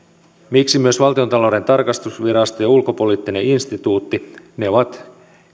miksi myös valtiontalouden tarkastusvirasto ja ulkopoliittinen instituutti ne ovat